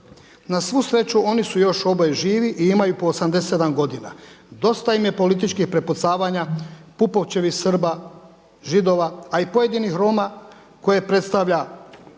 Na svu sreću oni su još oboje živi i imaju po 87 godina. Dosta im je političkih prepucavanja, Pupovčevih Srba, Židova, a i pojedinih Roma koje predstavlja